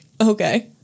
Okay